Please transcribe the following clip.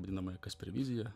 vadinamąją kasperviziją